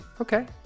Okay